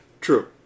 True